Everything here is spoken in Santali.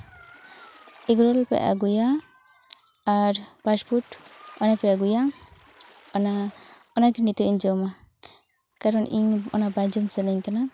ᱮᱜᱽᱨᱳᱞ ᱯᱮ ᱟ ᱜᱩᱭᱟ ᱟᱨ ᱯᱷᱟᱥᱯᱷᱩᱰ ᱚᱱᱟᱯᱮ ᱟᱹᱜᱩᱭᱟ ᱚᱱᱟ ᱚᱱᱟ ᱜᱮ ᱱᱤᱛᱳᱜ ᱤᱧ ᱡᱚᱢᱟ ᱠᱟᱨᱚᱱ ᱤᱧ ᱚᱱᱟ ᱵᱟᱝ ᱡᱚᱢ ᱥᱟᱱᱟᱧ ᱠᱟᱱᱟ